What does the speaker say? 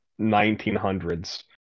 1900s